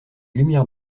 lumières